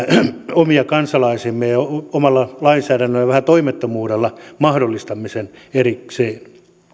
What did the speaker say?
omia kansalaisiamme ja omalla lainsäädännöllä ja vähän toimettomuudella mahdollistamme sen erikseen